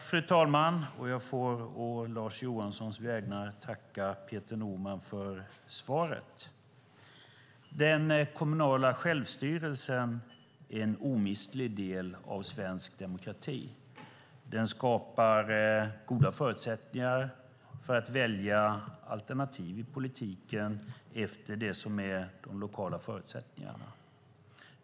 Fru talman! Å Lars Johanssons vägnar tackar jag Peter Norman för svaret. Den kommunala självstyrelsen är en omistlig del av svensk demokrati. Den skapar goda förutsättningar för att välja alternativ i politiken efter de lokala förutsättningarna.